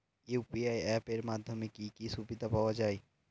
UPI app এর মাধ্যমে কি কি সুবিধা পাওয়া যায়?